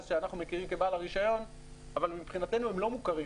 שאנחנו מכירים כבעל הרישיון אבל מבחינתנו הם לא מוכרים,